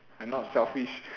I'm not selfish